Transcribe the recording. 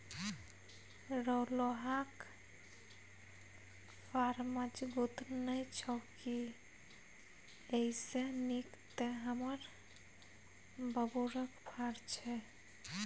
रौ लोहाक फार मजगुत नै छौ की एइसे नीक तँ हमर बबुरक फार छै